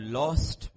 lost